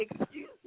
excuse